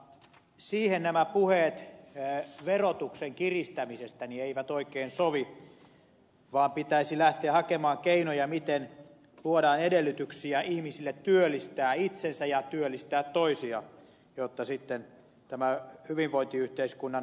siihen nämä puheet verotuksen kiristämisestä eivät oikein sovi vaan pitäisi lähteä hakemaan keinoja miten luoda edellytyksiä ihmisille työllistää itsensä ja työllistää toisia jotta sitten tämä hyvinvointiyhteiskunnan perusta säilytetään